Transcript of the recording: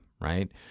right